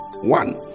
one